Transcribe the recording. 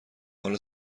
حال